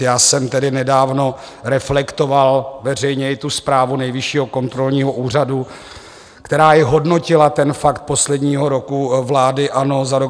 Já jsem tedy nedávno reflektoval veřejně i tu zprávu Nejvyššího kontrolního úřadu, která i hodnotila ten fakt posledního roku vlády ANO, za rok 2021.